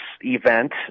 event